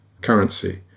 currency